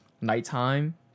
nighttime